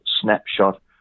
snapshot